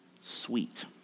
sweet